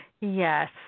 Yes